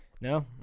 No